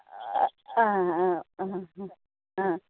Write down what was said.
आं आं हा हा आं